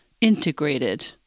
integrated